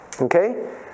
Okay